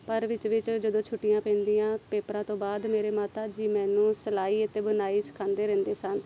ਪਰ ਵਿੱਚ ਵਿੱਚ ਜਦੋਂ ਛੁੱਟੀਆਂ ਪੈਂਦੀਆਂ ਪੇਪਰਾਂ ਤੋਂ ਬਾਅਦ ਮੇਰੇ ਮਾਤਾ ਜੀ ਮੈਨੂੰ ਸਿਲਾਈ ਅਤੇ ਬੁਣਾਈ ਸਿਖਾਉਂਦੇ ਰਹਿੰਦੇ ਸਨ